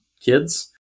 kids